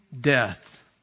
death